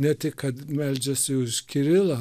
ne tik kad meldžiasi už kirilą